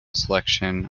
selection